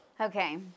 Okay